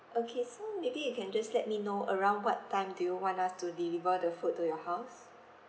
okay so maybe you can just let me know around what time do you want us to deliver the food to your house